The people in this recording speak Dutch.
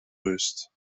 rust